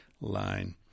line